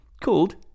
called